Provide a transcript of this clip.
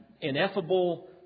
ineffable